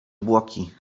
obłoki